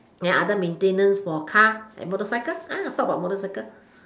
ya other maintenance for car and motorcycle talk about about motorcycle